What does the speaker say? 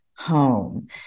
home